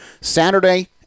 Saturday